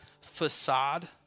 facade